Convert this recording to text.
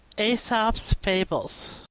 aesop's fables